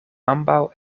ambaŭ